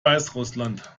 weißrussland